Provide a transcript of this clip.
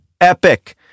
epic